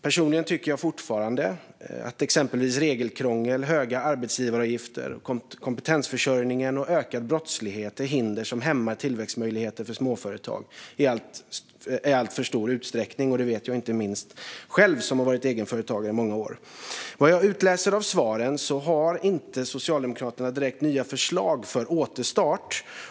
Personligen tycker jag fortfarande att exempelvis regelkrångel, höga arbetsgivaravgifter, kompetensförsörjning och ökad brottslighet är hinder som hämmar tillväxtmöjligheter för småföretag i alltför stor utsträckning. Det vet jag inte minst själv, som har varit egenföretagare i många år. Vad jag utläser av svaren har inte Socialdemokraterna direkt några nya förslag för återstart.